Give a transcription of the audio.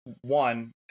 one